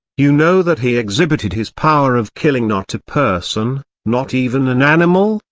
you know that he exhibited his power of killing not a person, not even an animal,